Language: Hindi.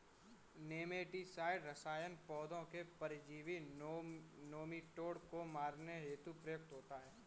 नेमेटीसाइड रसायन पौधों के परजीवी नोमीटोड को मारने हेतु प्रयुक्त होता है